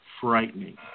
frightening